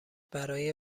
برای